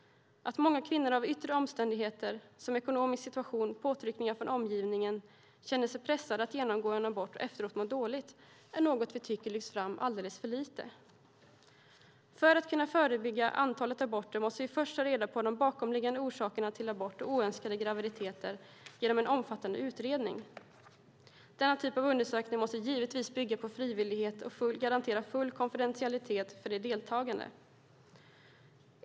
Att många kvinnor av yttre omständigheter som ekonomisk situation och påtryckningar från omgivningen känner sig pressade att genomgå en abort och efteråt mår dåligt är något vi tycker lyfts fram alldeles för lite. För att kunna förebygga antalet aborter måste vi först ta reda på de bakomliggande orsakerna till abort och oönskade graviditeter genom en omfattande utredning. Denna typ av undersökning måste givetvis bygga på frivillighet och garantera full konfidentialitet för de deltagande.